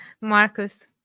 Marcus